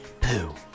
poo